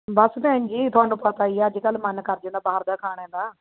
ਬਸ ਭੈਣ ਜੀ ਤੁਹਾਨੂੰ ਪਤਾ ਹੀ ਹੈ ਅੱਜ ਕੱਲ੍ਹ ਮਨ ਕਰ ਜਾਂਦਾ ਬਾਹਰ ਦਾ ਖਾਣੇ ਦਾ